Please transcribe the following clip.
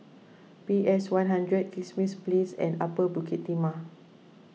P S one hundred Kismis Place and Upper Bukit Timah